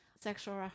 sexual